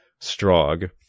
Strog